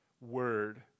word